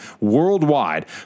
worldwide